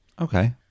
Okay